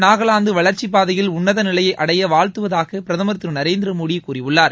நாகலாந்து வளர்ச்சிப் பாதையில் உன்னத நிலையை அடைய வாழத்துவதாக பிரதம் திரு நரேந்திரமோடி கூறியுள்ளார்